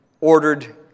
ordered